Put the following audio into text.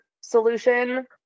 solution